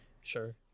sure